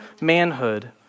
manhood